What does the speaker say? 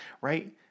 right